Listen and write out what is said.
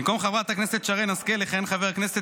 במקום חברת הכנסת שרן השכל יכהן חבר הכנסת